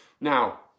now